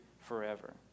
forever